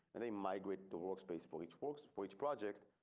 and they migrate to workspace for each works for each project.